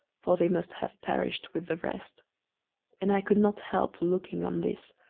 for they must have perished with the rest and i could not help looking on this,